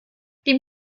dem